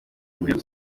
umuyaga